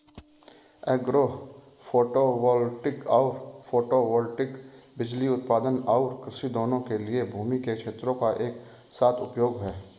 agro photovoltaic सौर photovoltaic बिजली उत्पादन और कृषि दोनों के लिए भूमि के क्षेत्रों का एक साथ उपयोग है